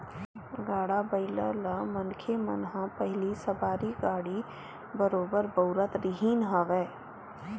गाड़ा बइला ल मनखे मन ह पहिली सवारी गाड़ी बरोबर बउरत रिहिन हवय